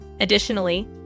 Additionally